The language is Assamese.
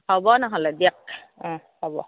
হ'ব নহ'লে দিয়ক অঁ হ'ব